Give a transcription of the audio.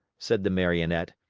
said the marionette.